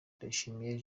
ndayishimiye